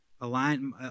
align